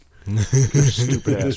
Stupid